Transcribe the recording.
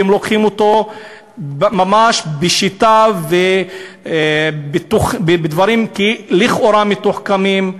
והם לוקחים אותו ממש בשיטה ובדברים לכאורה מתוחכמים,